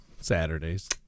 Saturdays